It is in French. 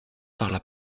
parla